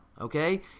Okay